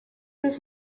was